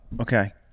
okay